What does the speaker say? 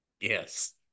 Yes